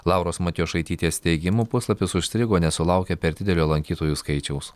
lauros matjošaitytės teigimu puslapis užstrigo nes sulaukė per didelio lankytojų skaičiaus